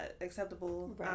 acceptable